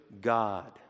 God